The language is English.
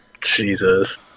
Jesus